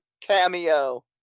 cameo